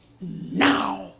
Now